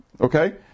Okay